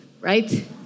Right